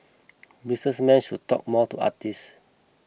businessmen should talk more to artists